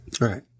right